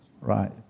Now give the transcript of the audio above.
right